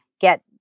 get